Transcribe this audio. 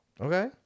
Okay